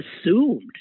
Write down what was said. assumed